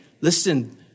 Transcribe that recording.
listen